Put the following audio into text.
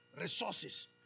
Resources